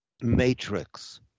matrix